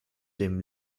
dem